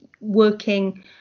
working